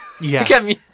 Yes